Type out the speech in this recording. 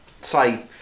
say